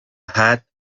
hat